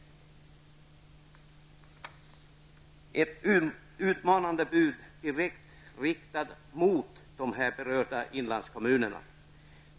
Det är ett utmanande bud direkt riktat mot de berörda inlandskommunerna.